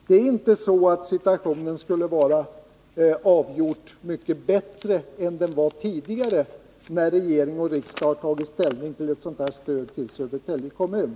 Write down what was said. Det är inte så att situationen skulle vara avgjort mycket bättre än den varit tidigare, när regering och riksdag tagit ställning till ett sådant här stöd för Södertälje kommun.